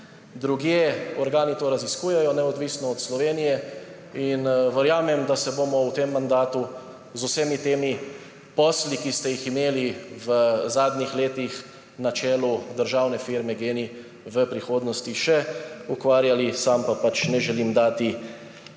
drugje organi to raziskujejo, neodvisno od Slovenije. In verjamem, da se bomo v tem mandatu z vsemi temi posli, ki ste jih imeli v zadnjih letih na čelu državne firme GEN-I v prihodnosti še ukvarjali. Sam pa pač ne želim dati